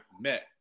met